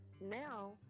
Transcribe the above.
now